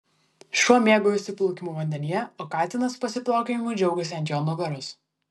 šuo mėgaujasi plaukimu vandenyje o katinas pasiplaukiojimu džiaugiasi ant jo nugaros